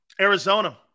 Arizona